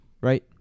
right